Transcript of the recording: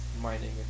mining